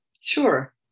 Sure